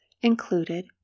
included